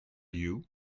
you